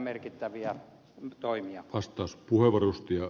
ne ovat erittäin merkittäviä toimia